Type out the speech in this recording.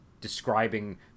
describing